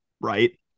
right